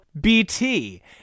BT